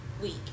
Week